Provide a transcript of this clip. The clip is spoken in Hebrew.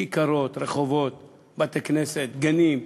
כיכרות, רחובות, בתי-כנסת, גנים,